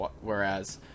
whereas